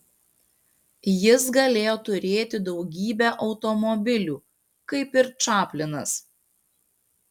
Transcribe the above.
jis galėjo turėti daugybę automobilių kaip ir čaplinas